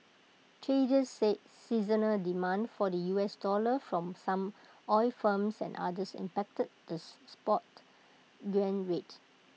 traders said seasonal demand for the U S dollar from some oil firms and others impacted this spot yuan rate